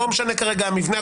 לא משנה כרגע המבנה,